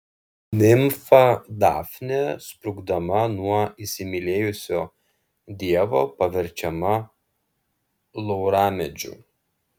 nimfa dafnė sprukdama nuo įsimylėjusio dievo paverčiama lauramedžiu